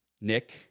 Nick